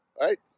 right